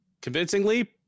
convincingly